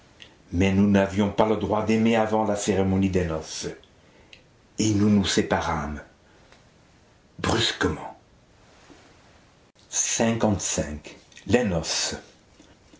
mais nous n'avions pas le droit d'aimer avant la cérémonie des noces et nous nous séparâmes brusquement